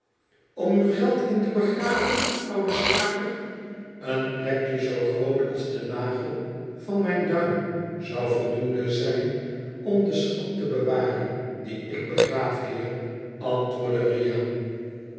om uw geld in te begraven oude schraper en plekje zoo groot als de nagel van mijn duim zou voldoende zijn om den schat te bewaren dien ik begraaf heer antwoordde ria